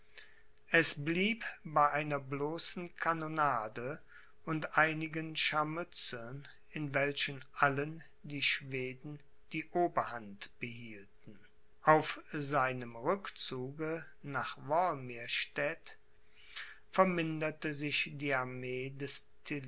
es blieb bei einer bloßen kanonade und einigen scharmützeln in welchen allen die schweden die oberhand behielten auf seinem rückzuge nach wolmirstädt verminderte sich die armee des